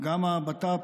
הנתונים